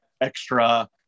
extra